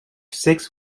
six